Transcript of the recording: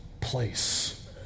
place